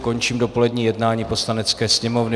Končím dopolední jednání Poslanecké sněmovny.